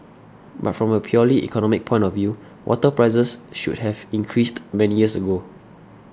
but from a purely economic point of view water prices should have increased many years ago